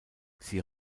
sie